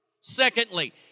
Secondly